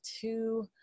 two